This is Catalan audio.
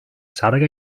sarga